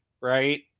Right